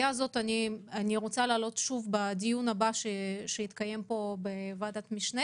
אני רוצה להעלות את הסוגיה הזו בדיון הבא שיתקיים בוועדת המשנה